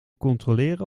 controleren